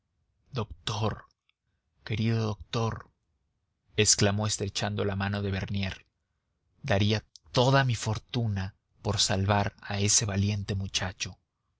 doctor querido doctor exclamó estrechando la mano de bernier daría toda mi fortuna por salvar a ese valiente muchacho